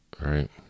right